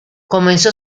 comenzó